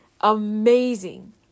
amazing